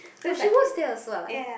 oh she works there also ah